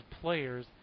players